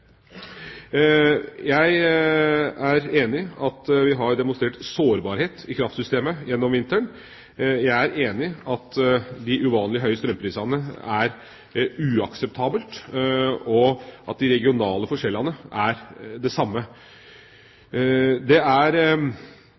Jeg er enig i at vi har fått demonstrert sårbarhet i kraftsystemet gjennom vinteren. Jeg er enig i at de uvanlig høye strømprisene er uakseptable, og at de regionale forskjellene er det samme. Det er